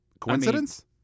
Coincidence